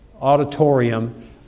auditorium